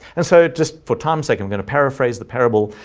and so just for time sake, i'm going to paraphrase the parable,